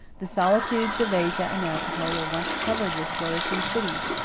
the solitudes of asia and africa were once covered with flourishing cities,